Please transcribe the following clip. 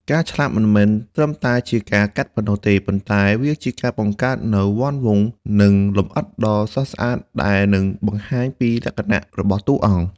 ការឆ្លាក់មិនមែនត្រឹមតែជាការកាត់ប៉ុណ្ណោះទេ ប៉ុន្តែវាជាការបង្កើតនូវវណ្ឌវង្កនិងលម្អិតដ៏ស្រស់ស្អាតដែលនឹងបង្ហាញពីលក្ខណៈរបស់តួអង្គ។